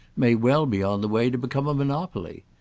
may well be on the way to become a monopoly.